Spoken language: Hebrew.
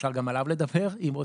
אפשר גם עליו לדבר אם רוצים.